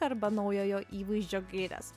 arba naujojo įvaizdžio gaires